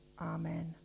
Amen